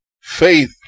faith